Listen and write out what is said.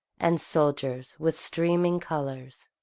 and soldiers, with streaming colours.